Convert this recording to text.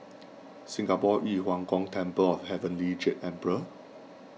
Singapore Yu Huang Gong Temple of Heavenly Jade Emperor